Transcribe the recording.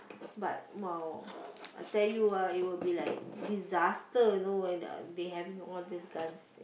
but !wow! I tell you ah it will be like disaster you know they having all these guns